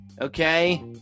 okay